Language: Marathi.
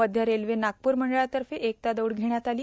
मध्य रेल्वेच्या नागपूर मंडळातर्फे एकता दौड घेण्यात आली